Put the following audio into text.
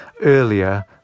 earlier